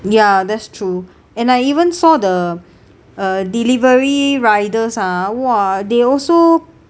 ya that's true and I even saw the uh delivery riders ah !wah! they also